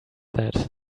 that